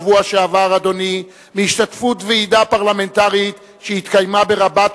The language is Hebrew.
מהשתתפות בוועידה פרלמנטרית שהתקיימה ברבאט,